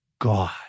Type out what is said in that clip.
God